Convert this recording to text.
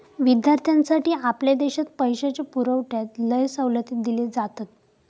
विद्यार्थ्यांसाठी आपल्या देशात पैशाच्या पुरवठ्यात लय सवलती दिले जातत